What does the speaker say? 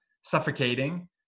suffocating